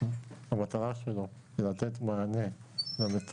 מטרת החוק הזה היא לתת מענה למצוקות